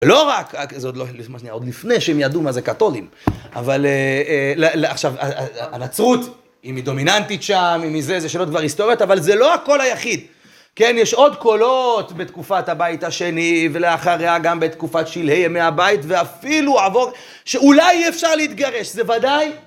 ולא רק, זה עוד לפני שהם ידעו מה זה קתולים. אבל עכשיו, הנצרות היא מדומיננטית שם, היא מזה, זה שאלות עבר היסטוריות, אבל זה לא הקול היחיד. כן, יש עוד קולות בתקופת הבית השני, ולאחריה גם בתקופת שלהי ימי הבית, ואפילו עבור, שאולי אי אפשר להתגרש, זה ודאי.